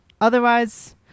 Otherwise